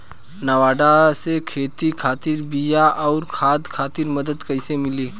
नाबार्ड से खेती खातिर बीया आउर खाद खातिर मदद कइसे मिली?